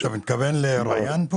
אתה מתכוון ל-ריאן?